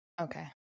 Okay